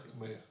Amen